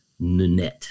Nunet